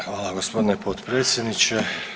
Hvala gospodine potpredsjedniče.